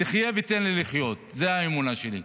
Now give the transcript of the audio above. תחיה ותן לי לחיות, זאת האמונה שלי.